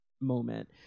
moment